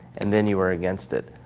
and then you were against it.